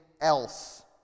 else